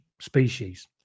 species